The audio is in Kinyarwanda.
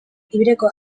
ibirego